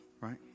right